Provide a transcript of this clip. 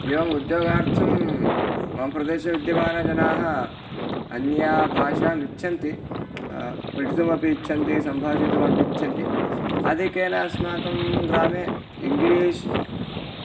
एवम् उद्योगार्थं मम प्रदेशे विद्यमानजनाः अन्यभाषाम् इच्छन्ति पठितुमपि इच्छन्ति सम्भाषितुमपि इच्छन्ति आधिक्येन अस्माकं ग्रामे इङ्ग्लीश्